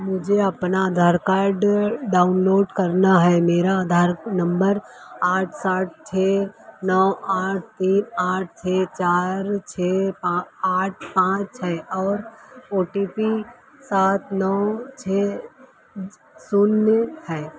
मुझे अपना Aadhaar card download करना है मेरा आधार नंबर आठ साथ छः नौ आठ तीन आठ छः चार छः पा आठ पाँच है और ओ टी पी सात नौ छः शून्य है